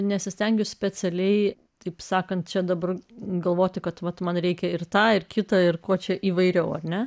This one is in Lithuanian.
nesistengiu specialiai taip sakant čia dabar galvoti kad vat man reikia ir tą ir kitą ir kuo čia įvairiau ne